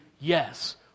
yes